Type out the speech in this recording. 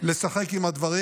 לשחק פה עם הדברים.